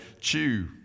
chew